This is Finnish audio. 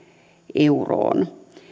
euroon